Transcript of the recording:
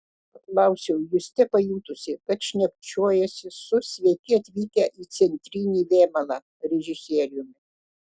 paklausiau juste pajutusi kad šnekučiuojuosi su sveiki atvykę į centrinį vėmalą režisieriumi